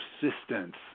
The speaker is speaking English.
persistence